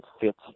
fits